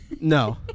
No